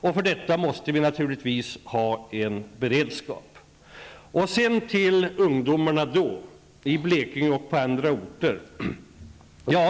Därför måste vi naturligtvis ha en beredskap. Så till ungdomarna i Blekinge och på andra orter.